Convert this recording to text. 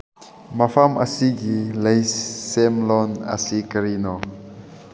ꯃꯐꯝ ꯑꯁꯤꯒꯤ ꯂꯩꯁꯦꯝꯂꯣꯟ ꯑꯁꯤ ꯀꯔꯤꯅꯣ